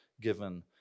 given